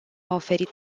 oferit